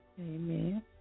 Amen